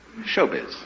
showbiz